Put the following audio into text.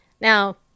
Now